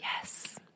Yes